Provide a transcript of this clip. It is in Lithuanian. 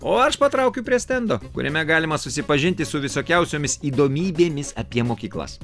o aš patraukiu prie stendo kuriame galima susipažinti su visokiausiomis įdomybėmis apie mokyklas